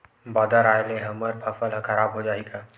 बादर आय ले हमर फसल ह खराब हो जाहि का?